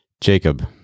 Jacob